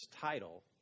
title